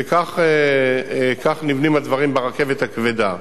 וכך נבנים הדברים ברכבת הכבדה.